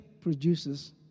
produces